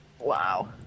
Wow